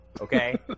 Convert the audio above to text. Okay